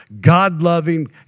God-loving